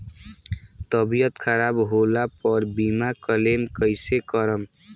तबियत खराब होला पर बीमा क्लेम कैसे करम?